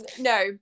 no